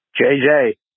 JJ